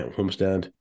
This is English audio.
homestand